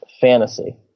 fantasy